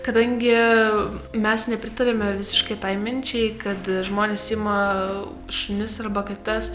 kadangi mes nepritariame visiškai tai minčiai kad žmonės ima šunis arba kates